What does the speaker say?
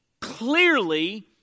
Clearly